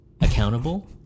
accountable